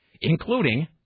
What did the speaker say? including